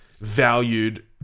valued